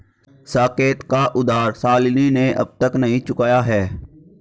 साकेत का उधार शालिनी ने अब तक नहीं चुकाया है